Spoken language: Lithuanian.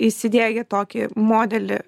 įsidiegę tokį modelį